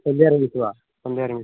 ସନ୍ଧ୍ୟାରେ ମିଶିବା ସନ୍ଧ୍ୟାରେ ମିଶିବା